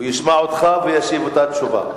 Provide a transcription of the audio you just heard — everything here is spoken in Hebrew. הוא ישמע אותך וישיב אותה תשובה.